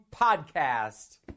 podcast